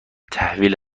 تحویل